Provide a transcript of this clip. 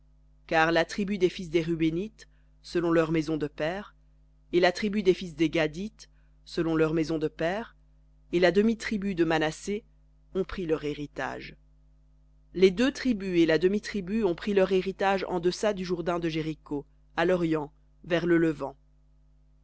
car la tribu des fils des rubénites selon leurs maisons de pères et la tribu des fils des gadites selon leurs maisons de pères et la demi-tribu de manassé ont pris leur héritage les deux tribus et la demi-tribu ont pris leur héritage en deçà du jourdain de jéricho à l'orient vers le levant